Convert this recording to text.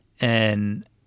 and-